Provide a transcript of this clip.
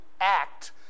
act